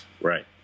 Right